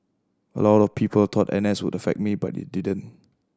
a lot of people thought N S would affect me but it didn't